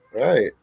Right